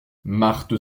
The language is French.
marthe